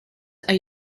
are